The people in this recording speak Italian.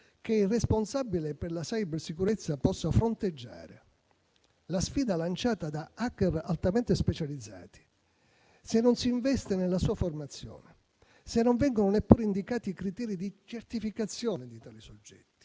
che il responsabile per la cybersicurezza possa fronteggiare la sfida lanciata da *hacker* altamente specializzati se non si investe nella formazione; se non vengono neppure indicati i criteri di certificazione di tali soggetti;